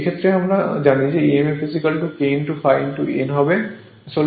এই ক্ষেত্রে আমরা আবার জানি emf K ∅ n হবে